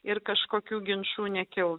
ir kažkokių ginčų nekils